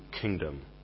kingdom